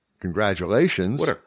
congratulations